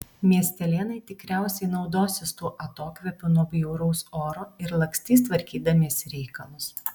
miestelėnai tikriausiai naudosis tuo atokvėpiu nuo bjauraus oro ir lakstys tvarkydamiesi reikalus